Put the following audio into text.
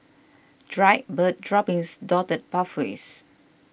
dried bird droppings dotted pathways